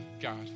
God